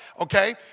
Okay